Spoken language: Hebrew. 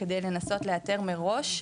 כדי לנסות לאתר מראש,